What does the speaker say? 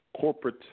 corporate